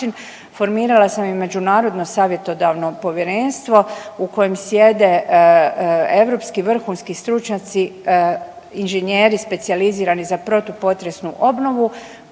formirala sam i međunarodno savjetodavno povjerenstvo u kojem sjede europski vrhunski stručnjaci, inženjeri specijalizirani za protupotresnu obnovu